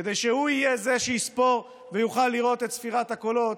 כדי שהוא יהיה זה שיספור ויוכל לראות את ספירת הקולות,